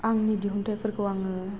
आंनि दिहुन्थाइफोरखौ आङो